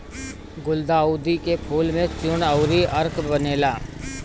गुलदाउदी के फूल से चूर्ण अउरी अर्क बनेला